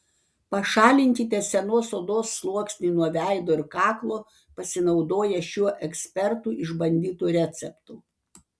pašalinkite senos odos sluoksnį nuo veido ir kaklo pasinaudoję šiuo ekspertų išbandytu receptu